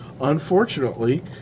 unfortunately